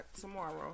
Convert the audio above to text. tomorrow